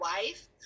wife